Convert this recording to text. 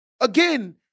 Again